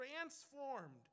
transformed